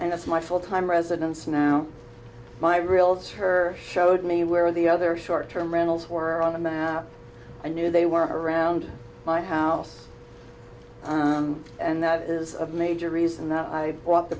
that's my full time residents now my realtor showed me where the other short term rentals were on the map i knew they were around my house and that is of major reason that i bought the